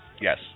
Yes